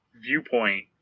viewpoint